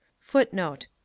Footnote